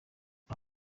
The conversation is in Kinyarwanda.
nta